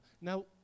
Now